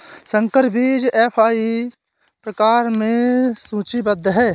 संकर बीज एफ.आई प्रकार में सूचीबद्ध है